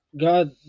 God